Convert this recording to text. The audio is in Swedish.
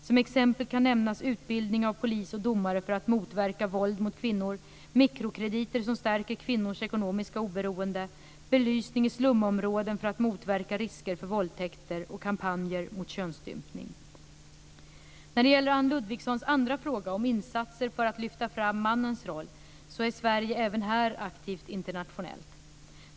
Som exempel kan nämnas utbildning av polis och domare för att motverka våld mot kvinnor, mikrokrediter som stärker kvinnors ekonomiska oberoende, belysning i slumområden för att motverka risker för våldtäkter och kampanjer mot könsstympning. När det gäller Anne Ludvigssons andra fråga om insatser för att lyfta fram mannens roll så är Sverige även här aktivt internationellt.